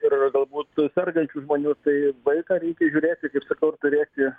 ir galbūt sergančių žmonių tai vaiką reikia žiūrėti kaip sakau ir turėti